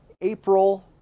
April